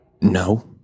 No